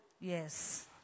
Yes